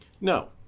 No